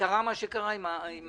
קרה מה שקרה עם הקורונה,